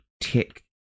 tick